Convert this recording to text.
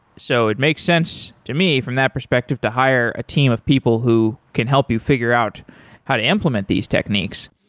so it makes sense to me from that perspective to hire a team of people who can help you figure out how to implement these techniques.